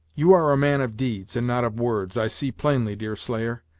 you are a man of deeds, and not of words, i see plainly, deerslayer,